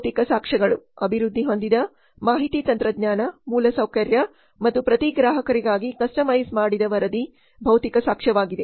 ಭೌತಿಕ ಸಾಕ್ಷ್ಯಗಳು ಅಭಿವೃದ್ಧಿ ಹೊಂದಿದ ಮಾಹಿತಿ ತಂತ್ರಜ್ಞಾನ ಮೂಲಸೌಕರ್ಯ ಮತ್ತು ಪ್ರತಿ ಗ್ರಾಹಕರಿಗಾಗಿ ಕಸ್ಟಮೈಸ್ ಮಾಡಿದ ವರದಿ ಭೌತಿಕ ಸಾಕ್ಷ್ಯವಾಗಿದೆ